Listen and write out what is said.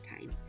Time